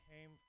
came